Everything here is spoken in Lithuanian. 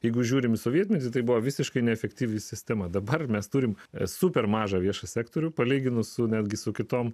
jeigu žiūrime į sovietmetį tai buvo visiškai neefektyvi sistema dabar mes turime esu per mažą viešą sektorių palyginus su netgi su kitom